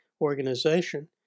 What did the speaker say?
organization